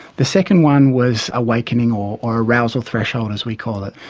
the second one was awakening or or arousal threshold, as we call it.